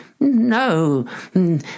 No